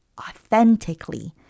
authentically